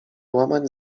łamać